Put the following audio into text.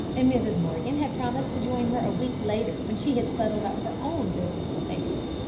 and mrs. morgan had promised to join her a week later, when she had settled up her own business affairs.